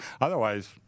Otherwise